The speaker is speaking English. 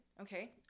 okay